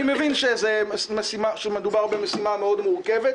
אני מבין שמדובר במשימה מאוד מורכבת,